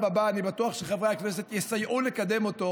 הבא ואני בטוח שחברי הכנסת יסייעו לקדם אותו,